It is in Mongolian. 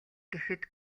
гэхэд